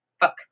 book